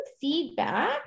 feedback